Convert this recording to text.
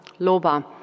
loba